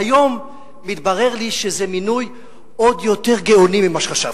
והיום מתברר לי שזה מינוי עוד יותר גאוני ממה שחשבתי,